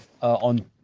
on